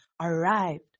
arrived